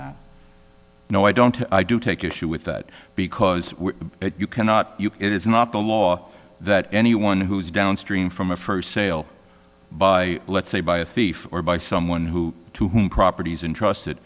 that no i don't i do take issue with that because you cannot it is not the law that anyone who is downstream from a first sale by let's say by a thief or by someone who to whom properties and trust